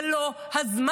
זה לא הזמן.